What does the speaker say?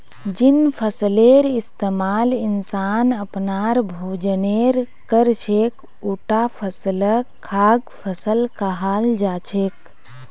जिन फसलेर इस्तमाल इंसान अपनार भोजनेर कर छेक उटा फसलक खाद्य फसल कहाल जा छेक